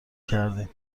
کردیم